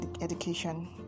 Education